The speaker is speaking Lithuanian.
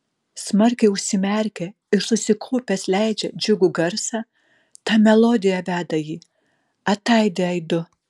smarkiai užsimerkia ir susikaupęs leidžia džiugų garsą ta melodija veda jį ataidi aidu